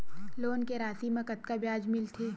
Loan के राशि मा कतका ब्याज मिलथे?